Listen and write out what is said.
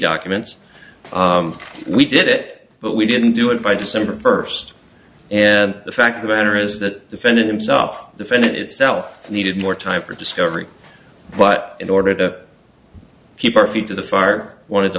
documents we did it but we didn't do it by december first and the fact the matter is that defendant himself defended itself needed more time for discovery but in order to keep our feet to the far wanted to